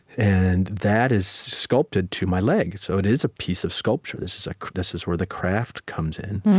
and that is sculpted to my leg, so it is a piece of sculpture. this is ah this is where the craft comes in,